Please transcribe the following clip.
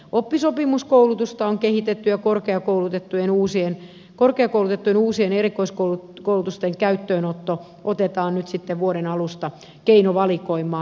oppisopimuskoulutusta on kehitetty ja korkeakoulutettujen uusien erikoiskoulutusten käyttöönotto otetaan nyt sitten vuoden alusta keinovalikoimaan